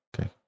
Okay